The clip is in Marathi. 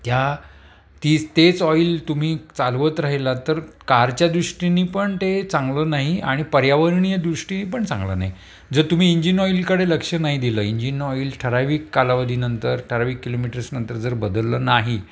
त्या तीच तेच ऑईल तुम्ही चालवत राहिला तर कारच्या दृष्टीनी पण ते चांगलं नाही आणि पर्यावरणीय दृष्टीने पण चांगलं नाही जर तुम्ही इंजिन ऑईलकडे लक्ष नाही दिलं इंजिन ऑईल ठराविक कालावधीनंतर ठराविक किलोमीटरसनंतर जर बदललं नाही